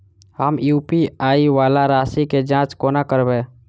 हम यु.पी.आई वला राशि केँ जाँच कोना करबै?